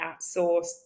outsource